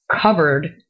covered